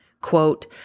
Quote